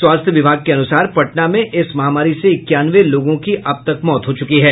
स्वास्थ्य विभाग के अनुसार पटना में इस महामारी से इक्यानवे लोगों की अब तक मौत हो चुकी है